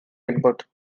input